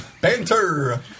Banter